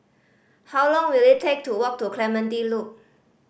how long will it take to walk to Clementi Loop